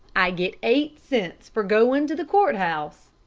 i get eight cents for goin' to the courthouse.